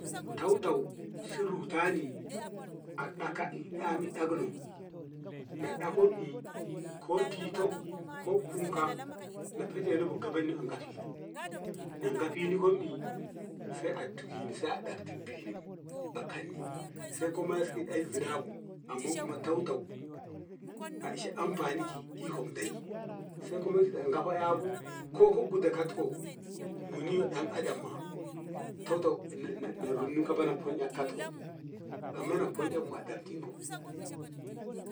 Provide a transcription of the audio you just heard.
Tautau siru tani a ɗakka i ɗami ɗakno na ɗakom i ko tito ko kunka na kateno bu gabanno a gafini na gafini hom i se a dubini se a datti bini a kanni se kuma essi zinabu amma kuma tautau a ishe amfani ka ikon deyi se kuma gafa eybu ko ka guda katko muni dan adam ma tauta na- na runi kaba na kon e na katko ammana kon e madan tinko.